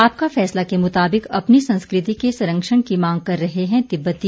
आपका फैसला के मुताबिक अपनी संस्कृति के संरक्षण की मांग कर रहे हैं तिब्बती